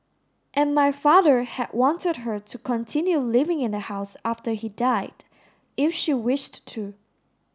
and my father had wanted her to continue living in the house after he died if she wished to